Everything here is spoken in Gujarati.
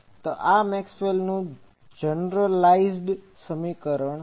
તો આ છે મેક્સવેલનું જનરલીઝડ generalized સામાન્યકૃત સમીકરણ